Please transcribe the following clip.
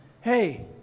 Hey